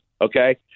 Okay